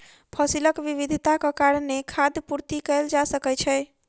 फसीलक विविधताक कारणेँ खाद्य पूर्ति कएल जा सकै छै